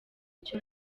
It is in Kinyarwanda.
icyo